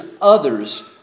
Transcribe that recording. others